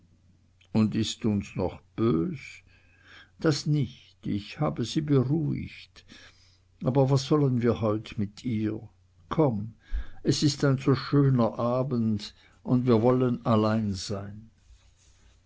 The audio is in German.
und ist uns noch bös das nicht ich habe sie beruhigt aber was sollen wir heut mit ihr komm es ist ein so schöner abend und wir wollen allein sein